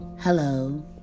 Hello